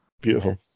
Beautiful